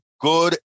good